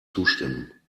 zustimmen